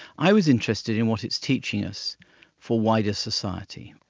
i was interested in what it is teaching us for wider society.